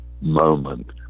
moment